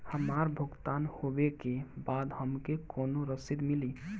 हमार भुगतान होबे के बाद हमके कौनो रसीद मिली?